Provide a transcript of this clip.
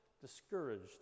discouraged